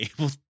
able